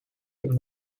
from